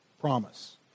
promise